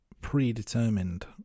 predetermined